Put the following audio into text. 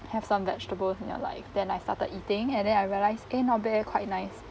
have some vegetables and you're like then I started eating and then I realise eh not bad eh quite nice